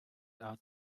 out